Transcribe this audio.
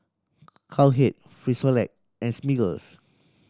Cowhead Frisolac and Smiggles